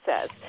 says